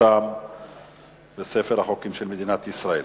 ויפורסם בספר החוקים של מדינת ישראל.